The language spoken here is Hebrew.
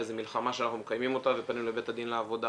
וזו מלחמה שאנחנו מקיימים אותה ופנינו לבית הדין לעבודה,